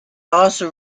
also